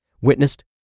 witnessed